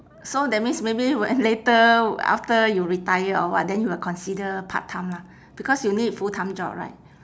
so that means maybe when later after you retire or what then you will consider part time lah because you need full time job right